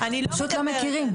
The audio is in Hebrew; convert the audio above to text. אבל העניין הוא שפשוט לא מכירים.